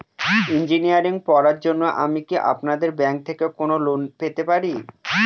Engineering পড়ার জন্য আমি কি আপনাদের ব্যাঙ্ক থেকে কোন লোন পেতে পারি?